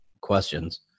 questions